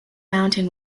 mountain